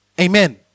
Amen